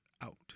out